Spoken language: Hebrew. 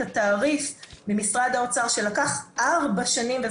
התעריף למשרד האוצר - לקחו ארבע שנים להשיג אותו,